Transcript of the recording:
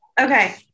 okay